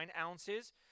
ounces